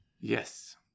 Yes